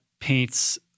paints